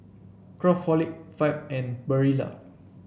Craftholic Fab and Barilla